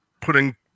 putting